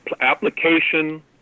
application